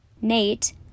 Nate